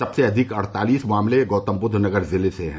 सबसे अधिक अड़तालीस मामले गौतमबुद्ध नगर जिले में हैं